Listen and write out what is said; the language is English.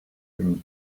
things